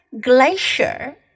Glacier